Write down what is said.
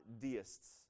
deists